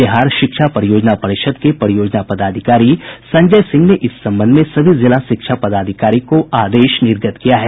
बिहार शिक्षा परियोजना परिषद् के परियोजना पदाधिकारी संजय सिंह ने इस संबंध में सभी जिला शिक्षा पदाधिकारी को आदेश निर्गत किया है